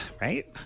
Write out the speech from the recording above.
Right